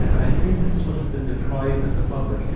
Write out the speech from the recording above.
and i think this is what has been deprived of the public,